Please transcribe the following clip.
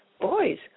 boys